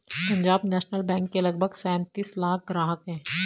Punjab national bank के लगभग सैंतीस लाख ग्राहक हैं